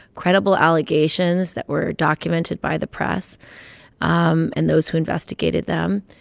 credible allegations that were documented by the press um and those who investigated them.